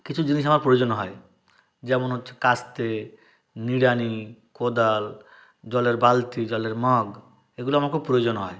কিছু জিনিস আমার প্রয়োজন হয় যেমন হচ্ছে কাস্তে নিড়ানি কোদাল জলের বালতি জলের মগ এগুলো আমার খুব প্রয়োজন হয়